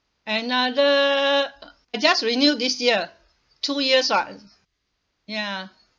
another just renew this year two years [what] ya